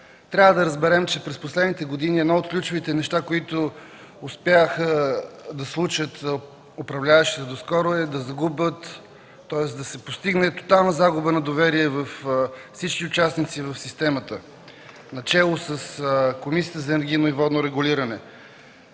Трябва да разберем, че през последните години едно от ключовите неща, което успяха да сключат управляващите доскоро, е да се постигне тотална загуба на доверие във всички участници в системата начело с Комисията за енергийно и водно регулиране.